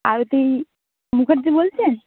আরতি মুখার্জি বলছেন